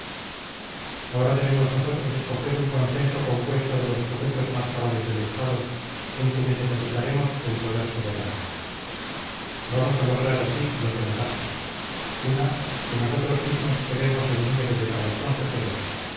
ahora debemos nosotros escoger un consejo compuesto de los sujetos más cabales del estado en quienes depositaremos el poder soberano vamos a lograr así dos ventajas una que nosotros mismos seremos del número de tales consejeros